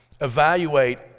evaluate